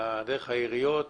דרך העיריות